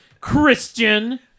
Christian